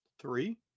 Three